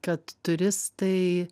kad turistai